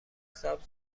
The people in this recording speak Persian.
سبز